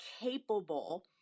capable